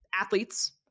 athletes